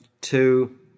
two